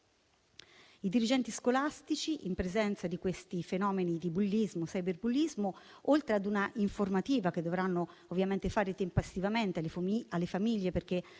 I dirigenti scolastici, in presenza di questi fenomeni di bullismo e cyberbullismo, oltre ad una informativa che dovranno ovviamente fare tempestivamente alle famiglie (perché il loro coinvolgimento